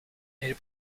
elle